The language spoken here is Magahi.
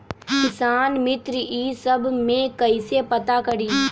किसान मित्र ई सब मे कईसे पता करी?